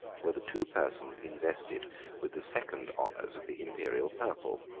were the two persons invested with the second honors of the imperial purple